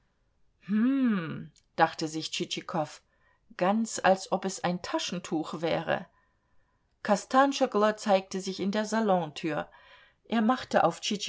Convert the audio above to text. hm dachte sich tschitschikow ganz als ob es ein taschentuch wäre kostanschoglo zeigte sich in der salontür er machte auf